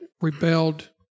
rebelled